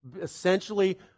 Essentially